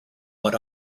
what